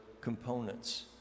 components